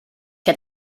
què